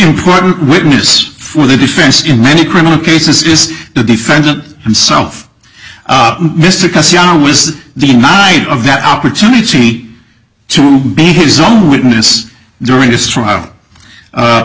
important witness for the defense in many criminal cases is the defendant himself this is the night of that opportunity to be his own witness during this trial